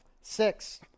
six